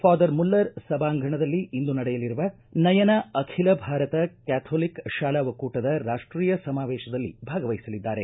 father Muller ಸಭಾಂಗಣದಲ್ಲಿ ಇಂದು ನಡೆಯಲಿರುವ ನಯನ ಅಖಿಲ ಭಾರತ ಕ್ಕಾಥೊಲಿಕ್ ಶಾಲಾ ಒಕ್ಕೂಟದ ರಾಷ್ಟೀಯ ಸಮಾವೇಶದಲ್ಲಿ ಭಾಗವಹಿಸಲಿದ್ದಾರೆ